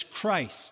Christ